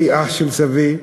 אח של סבי,